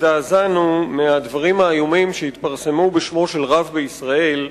הזדעזענו מהדברים האיומים שהתפרסמו בשמו של רב בישראל,